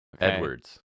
Edwards